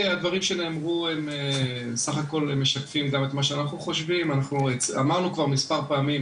אמר שאנחנו לא מבצעים פעולות רם, זה ברור לנו.